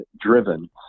driven